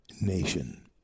nation